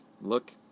look